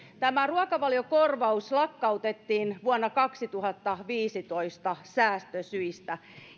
tämä ruokavaliokorvaus lakkautettiin vuonna kaksituhattaviisitoista säästösyistä